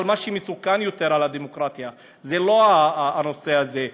אבל מה שמסוכן יותר לדמוקרטיה זה לא הנושא הזה,